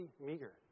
meager